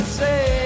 say